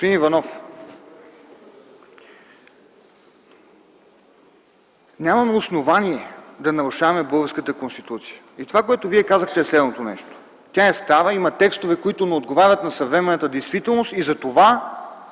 нямаме основание да нарушаваме българската Конституция. Това, което Вие казахте, е следното нещо. Тя е стара, има текстове, които не отговарят на съвременната действителност и затова